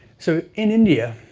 so, in india,